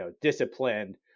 disciplined